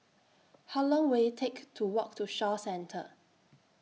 How Long Will IT Take to Walk to Shaw Centre